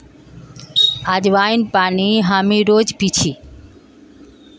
अज्वाइन पानी हामी रोज़ पी छी